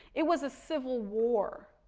it was a civil war,